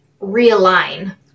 realign